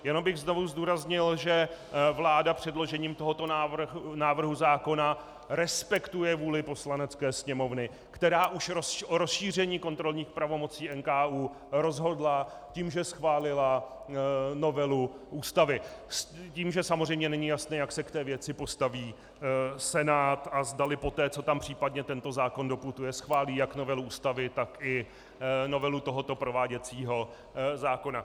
Jenom bych znovu zdůraznil, že vláda předložením tohoto návrhu zákona respektuje vůli Poslanecké sněmovny, která už rozšíření kontrolních pravomocí NKÚ rozhodla tím, že schválila novelu Ústavy s tím, že samozřejmě není jasné, jak se k té věci postaví Senát a zdali poté, co tam případně tento zákon doputuje, schválí jak novelu Ústavy, tak i novelu tohoto prováděcího zákona.